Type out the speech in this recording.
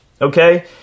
okay